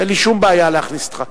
אין לי שום בעיה להכניס אותך.